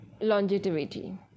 longevity